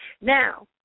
Now